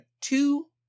two